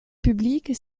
publique